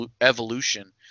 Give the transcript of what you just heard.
evolution